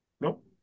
Nope